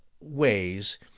ways